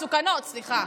מסוכנות, סליחה.